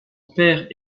père